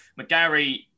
McGarry